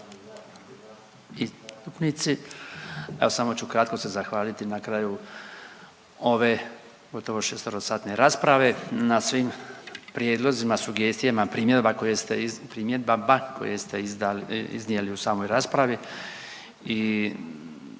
zastupnici, evo samo ću kratko se zahvaliti na kraju ove gotovo šesterosatne rasprave na svim prijedlozima, sugestijama, primjedba koje ste, primjedaba koje ste